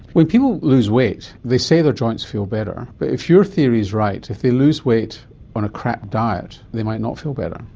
when people lose weight they say their joints feel better. but if your theory is right, if they lose weight on a crap diet, they might not feel better.